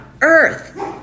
earth